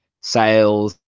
sales